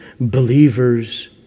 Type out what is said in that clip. believers